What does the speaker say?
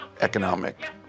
economic